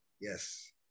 Yes